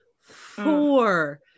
Four